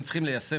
הם צריכים ליישם.